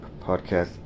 podcast